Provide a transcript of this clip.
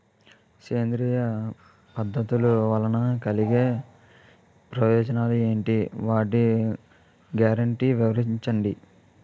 సేంద్రీయ పద్ధతుల వలన కలిగే ప్రయోజనాలు ఎంటి? వాటి గ్యారంటీ వివరించండి?